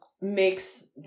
makes